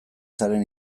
zaren